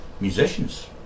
musicians